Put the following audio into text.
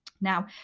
Now